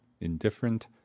indifferent